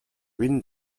vint